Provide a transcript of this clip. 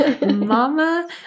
mama